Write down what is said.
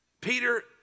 Peter